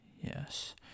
Yes